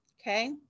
okay